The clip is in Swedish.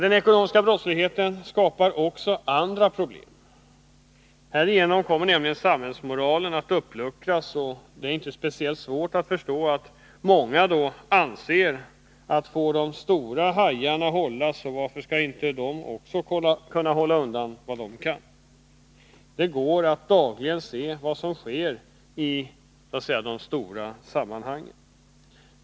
Den ekonomiska brottsligheten skapar också andra problem. Härigenom kommer nämligen samhällsmoralen att uppluckras, och det är inte speciellt svårt att förstå att många säger sig: Får de stora hajarna hållas, varför skall då inte vi också hålla undan vad vi kan? Det går att dagligen se vad som sker i ”de stora sammanhangen”.